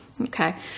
Okay